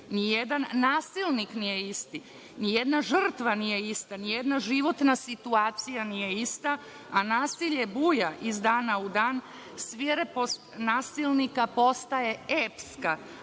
Nijedan nasilnik nije isti, nijedna žrtva nije ista, nijedna životna situacija nije ista, a nasilje buja iz dana u dan, svirepost nasilnika postaje epska,